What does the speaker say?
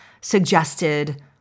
suggested